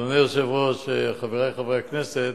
אדוני היושב-ראש, חברי חברי הכנסת,